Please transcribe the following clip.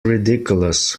ridiculous